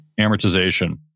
amortization